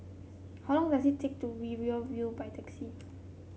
how long does it take to Riverina View by taxi